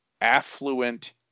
affluent